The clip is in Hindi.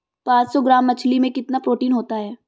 पांच सौ ग्राम मछली में कितना प्रोटीन होता है?